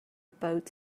boat